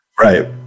Right